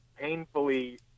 painfully